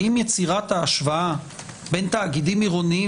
האם יצירת ההשוואה בין תאגידים עירוניים